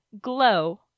Glow